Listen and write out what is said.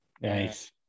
Nice